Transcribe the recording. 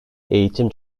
eğitim